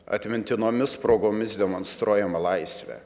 atmintinomis progomis demonstruojamą laisvę